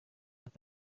ati